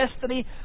destiny